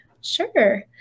Sure